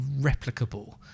replicable